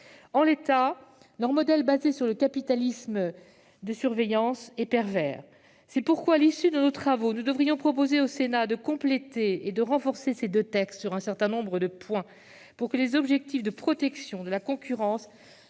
En l'état, leur modèle basé sur le « capitalisme de surveillance » est pervers. C'est pourquoi, à l'issue de nos travaux, nous devrions proposer au Sénat de compléter et de renforcer ces deux textes sur un certain nombre de points, pour que les objectifs de protection de la concurrence,